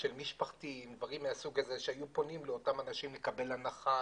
ומשפחתיים לקבל הנחה,